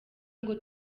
ngo